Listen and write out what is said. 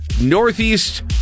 Northeast